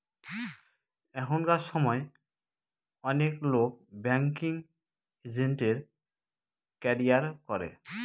এখনকার সময় অনেক লোক ব্যাঙ্কিং এজেন্টের ক্যারিয়ার করে